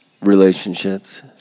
relationships